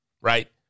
right